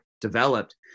developed